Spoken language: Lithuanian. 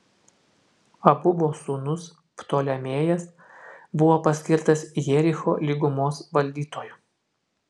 abubo sūnus ptolemėjas buvo paskirtas jericho lygumos valdytoju